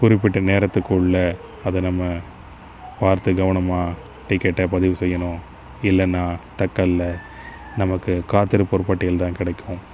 குறிப்பிட்ட நேரத்துக்குள்ளே அதை நம்ம பார்த்து கவனமாக டிக்கெட்டை பதிவு செய்யணும் இல்லைன்னா தட்கலில் நமக்கு காத்திருப்போர் பட்டியல்தான் கிடைக்கும்